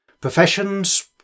Professions